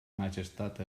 majestat